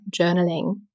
journaling